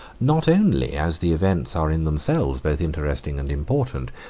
not only as the events are in themselves both interesting and important,